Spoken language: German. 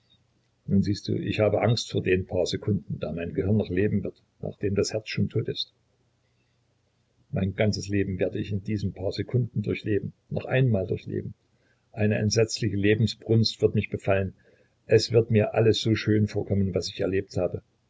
nun siehst du ich habe angst vor den paar sekunden da mein gehirn noch leben wird nachdem das herz schon tot ist mein ganzes leben werd ich in diesen paar sekunden durchleben noch einmal durchleben eine entsetzliche lebensbrunst wird mich befallen es wird mir alles so schön vorkommen was ich erlebt habe